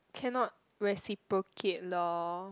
cannot reciprocate loh